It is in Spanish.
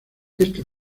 este